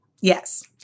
Yes